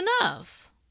enough